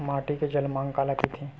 माटी के जलमांग काला कइथे?